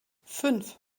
fünf